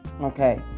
Okay